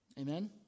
Amen